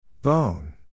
Bone